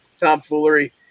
tomfoolery